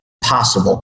possible